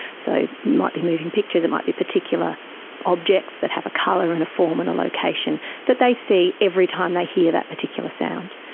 so it might be moving pictures, it might be particular objects that have a colour and a form and a location that they see every time they hear that particular sound.